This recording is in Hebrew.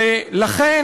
ולכן,